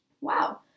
Wow